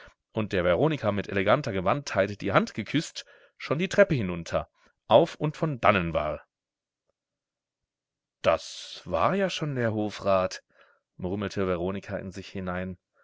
und der veronika mit eleganter gewandtheit die hand geküßt schon die treppe hinunter auf und von dannen war das war ja schon der hofrat murmelte veronika in sich hinein